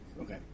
Okay